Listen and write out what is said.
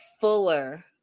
fuller